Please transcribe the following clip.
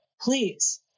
please